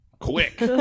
quick